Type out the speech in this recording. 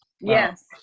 Yes